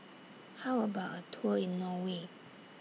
How about A Tour in Norway